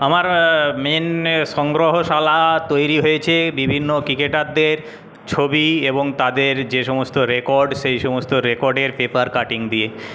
আমার মেইন সংগ্রহশালা তৈরি হয়েছে বিভিন্ন ক্রিকেটারদের ছবি এবং তাদের যে সমস্ত রেকর্ড সেই সমস্ত রেকর্ডের পেপার কাটিং দিয়ে